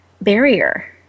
barrier